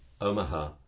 Omaha